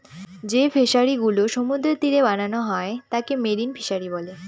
যে ফিশারিগুলা সমুদ্রের তীরে বানানো হয় তাকে মেরিন ফিশারী বলে